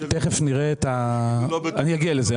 אני אגיע לזה.